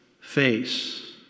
face